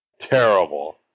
Terrible